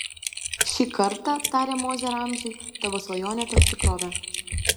šį kartą tarė mozė ramziui tavo svajonė taps tikrove